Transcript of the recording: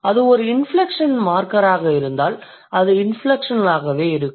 அது ஒரு இன்ஃப்லெக்ஷனல் மார்க்கராக இருந்தால் அது இன்ஃப்லெக்ஷனலாகவே இருக்கும்